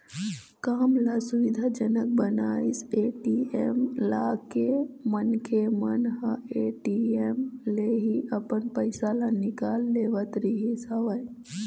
काम ल सुबिधा जनक बनाइस ए.टी.एम लाके मनखे मन ह ए.टी.एम ले ही अपन पइसा ल निकाल लेवत रिहिस हवय